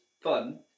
fun